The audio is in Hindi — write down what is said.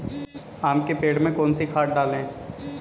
आम के पेड़ में कौन सी खाद डालें?